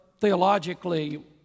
theologically